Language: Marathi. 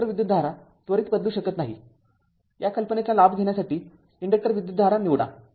इंडक्टर विद्युतधारा त्वरित बदलू शकत नाही या कल्पनेचा लाभ घेण्यासाठी इंडक्टर विद्युतधारा निवडा